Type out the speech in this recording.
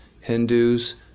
Hindus